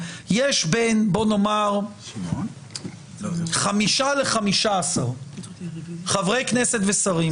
יש בין בוא נאמר 5 ל- 15 חברי כנסת ושרים.